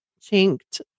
chinked